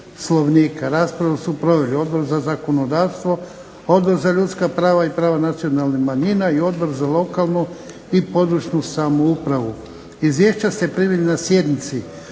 Raspravu su proveli Odbor za zakonodavstvo, Odbor za ljudska prava i prava nacionalnih manjina i Odbor za lokalnu i područnu samoupravu. Izvješća ste primili na sjednici.